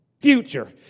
future